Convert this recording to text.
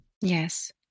Yes